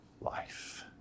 life